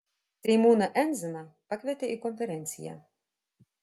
seimūną endziną pakvietė į konferenciją